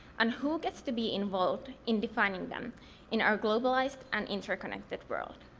and who gets to be involved in defining them in our globalized and interconnected world?